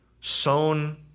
Sown